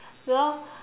ya lor